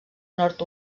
nord